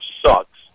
sucks